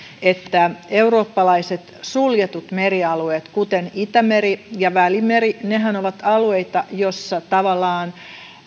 että eurooppalaiset suljetut merialueet kuten itämeri ja välimeri ovat alueita missä tavallaan